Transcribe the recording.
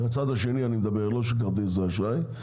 מהצד השני אני מדבר, לא של כרטיסי האשראי.